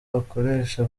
bakoresha